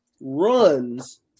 runs